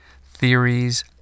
theories